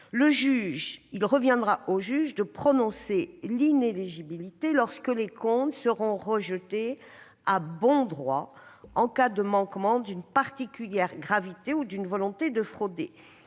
Il reviendra au juge de prononcer l'inéligibilité lorsque les comptes seront rejetés « à bon droit », en cas de manquement d'une particulière gravité ou de volonté de frauder.